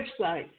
website